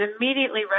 immediately